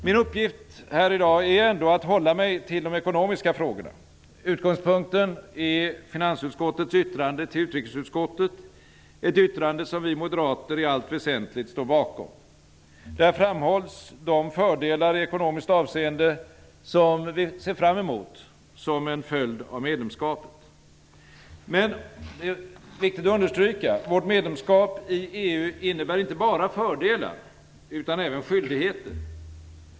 Min uppgift här i dag är ändå att hålla mig till de ekonomiska frågorna. Utgångspunkten är finansutskottets yttrande till utrikesutskottet, ett yttrande som vi moderater i allt väsentligt står bakom. Där framhålls de fördelar i ekonomiskt avseende som vi ser fram emot som en följd av medlemskapet. Men det är viktigt att understryka att vårt medlemskap i EU inte bara innebär fördelar utan även skyldigheter.